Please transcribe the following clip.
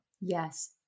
Yes